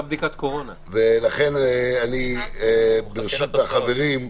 לכן ברשות החברים,